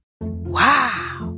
Wow